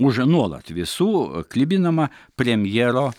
už nuolat visų klibinamą premjero